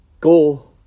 Go